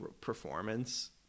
performance